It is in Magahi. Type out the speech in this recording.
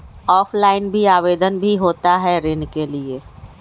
ऑफलाइन भी आवेदन भी होता है ऋण के लिए?